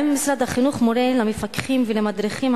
2. האם משרד החינוך מורה למפקחים ולמדריכים